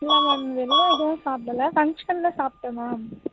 இல்லை மேம் வெளில எதுவும் சாப்பிடல ஃபங்ஷனில் சாப்பிட்டேன் மேம்